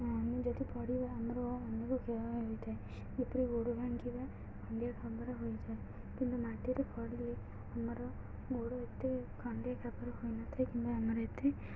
ଆମେ ଯଦି ପଡ଼ିବା ଆମର ଅନେକ କ୍ଷୟ ହୋଇଥାଏ ଯେପରି ଗୋଡ଼ ଭାଙ୍ଗିବା ଖଣ୍ଡିଆ ଖବର ହୋଇଥାଏ କିନ୍ତୁ ମାଟିରେ ପଡ଼ିଲେ ଆମର ଗୋଡ଼ ଏତେ ଖଣ୍ଡିଆ ଖାବରା ହୋଇନଥାଏ କିମ୍ବା ଆମର ଏତେ